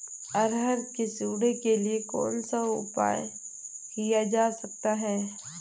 अरहर की सुंडी के लिए कौन सा उपाय किया जा सकता है?